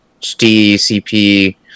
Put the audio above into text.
HDCP